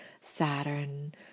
Saturn